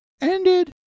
ended